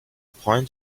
point